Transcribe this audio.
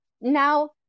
now